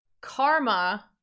Karma